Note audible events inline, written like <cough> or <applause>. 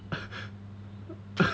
<laughs>